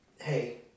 hey